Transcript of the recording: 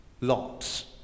lots